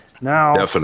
now